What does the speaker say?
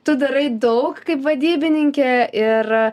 tu darai daug kaip vadybininkė ir